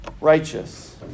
righteous